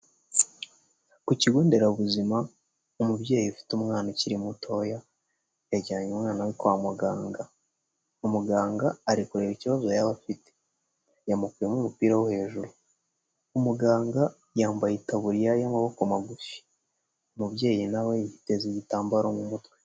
Ku kigo nderabuzima umubyeyi ufite umwana ukiri mutoya, yajyanye umwana we kwa muganga, umuganga ari kureba ikibazo yaba afite, yamukuyemo umupira wo hejuru, umuganga yambaye itaburiya y'amaboko magufi, umubyeyi nawe yiteze igitambaro mu mutwe.